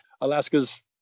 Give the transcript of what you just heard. Alaska's